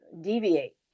deviate